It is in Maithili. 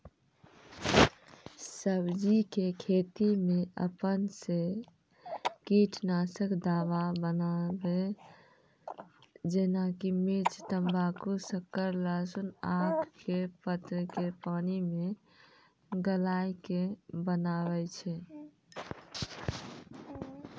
सब्जी के खेती मे अपन से कीटनासक दवा बनाबे जेना कि मिर्च तम्बाकू शक्कर लहसुन आक के पत्र के पानी मे गलाय के बनाबै छै?